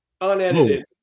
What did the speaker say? Unedited